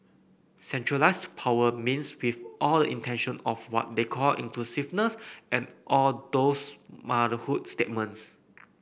centralised power means with all the intention of what they call inclusiveness and all those motherhood statements